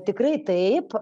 tikrai taip